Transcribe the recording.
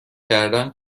کردن